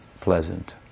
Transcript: pleasant